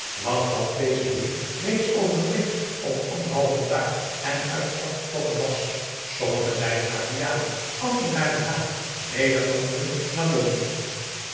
want dat deze heer reeds over een week of anderhalf van daar en uit de stad vertrokken was sommigen zeiden naar vianen anderen naar den haag weder anderen naar londen